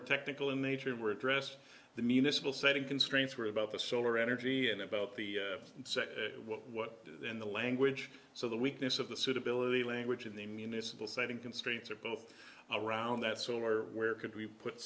were technical in nature and were addressed the municipal setting constraints were about the solar energy and about the second what in the language so the weakness of the suitability language of the municipal setting constraints are both around that solar where could we put